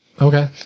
Okay